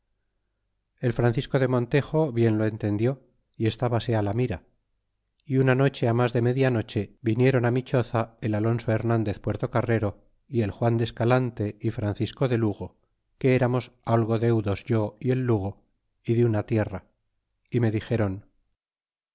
el francisco de monte bien lo entendió y estabase la mira y una noche á mas de media noche viniéron á mi choza el alonso hernandez puertocarrero y el juan de escalante y francisco de lugo que eramos algo deudos yo y el lugo y de una tierra y me dixeron